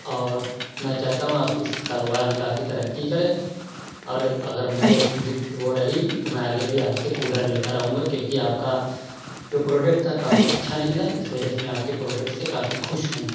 اور میں چاہتا ہوں آپ اِس کاروبار میں کافی ترقی کریں اگر مجھے ضِد وہ رہی تو میں آگے بھی آپ سے کولر لیتا رہوں گا کیوں کہ آپ کا جو پروڈکٹ تھا کافی اچھا نکلا اِس وجہ سے میں آپ کے پروڈکٹ سے کافی خوش ہوں